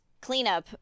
cleanup